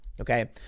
Okay